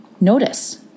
notice